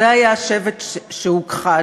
זה היה שבט שהוכחד,